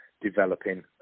developing